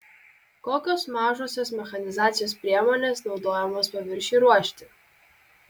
kokios mažosios mechanizacijos priemonės naudojamos paviršiui ruošti